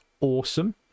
awesome